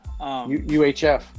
UHF